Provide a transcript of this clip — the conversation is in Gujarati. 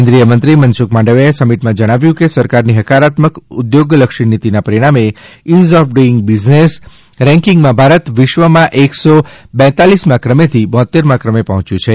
કેન્દ્રીય મંત્રી મનસુખ માંડવીયાએ સમિટમાં જણાવ્યું કે સરકારની હકારાત્મક ઉદ્યોગલક્ષી નીતિના પરિણામે ઇઝ ઓફ ડુઇંગ બિઝનેસ રેન્કિંગમાં ભારત વિશ્વમાં એક સો બેતાલીસમાં ક્રમેથી બોતેરમાં ક્રમે પહોંચ્યું છે